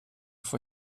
for